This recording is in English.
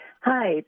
Hi